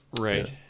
Right